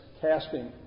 Casting